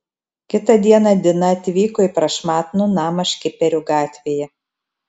kitą dieną dina atvyko į prašmatnų namą škiperių gatvėje